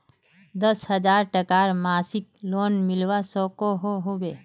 दस हजार टकार मासिक लोन मिलवा सकोहो होबे?